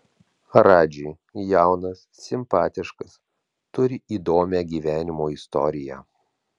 radži jaunas simpatiškas turi įdomią gyvenimo istoriją